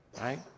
right